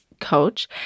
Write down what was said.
coach